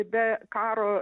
be karo